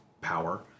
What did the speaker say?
power